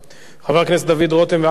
חבר הכנסת דוד רותם, ואחריו,